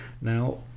Now